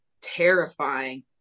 terrifying